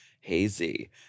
hazy